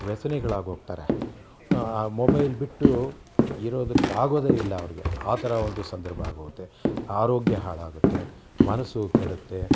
ವ್ಯಸನಿಗಳಾಗೋಗ್ತಾರೆ mobile ಬಿಟ್ಟು ಇರೋದಕ್ಕಾಗೋದೇ ಇಲ್ಲ ಅವರಿಗೆ ಆ ಥರ ಒಂದು ಸಂದರ್ಭ ಆಗೋಗುತ್ತೆ ಆರೋಗ್ಯ ಹಾಳಾಗುತ್ತೆ ಮನಸ್ಸು ಕೆಡುತ್ತೆ